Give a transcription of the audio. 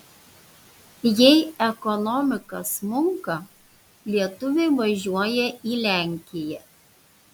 jei ekonomika smunka lietuviai važiuoja į lenkiją